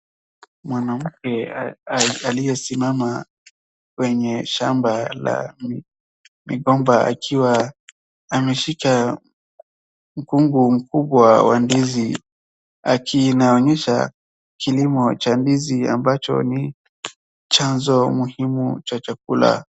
Mwanamke aliyesimama kwenye shamba la migomba akiwa ameshika mkungu mkubwa wa ndizi. Inaonyesha kilimo cha ndizi ambacho ni chanzo muhimu cha chakula.